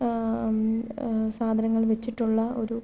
സാധനങ്ങൾ വച്ചിട്ടുള്ള ഒരു